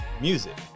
music